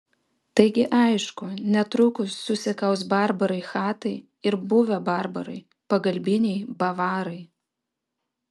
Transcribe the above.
taigi aišku netrukus susikaus barbarai chatai ir buvę barbarai pagalbiniai bavarai